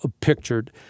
pictured